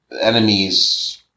enemies